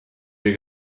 wir